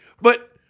But-